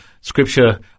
scripture